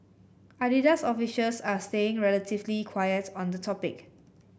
Adidas officials are staying relatively quiet on the topic